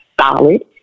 solid